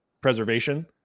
preservation